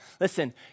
listen